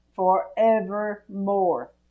forevermore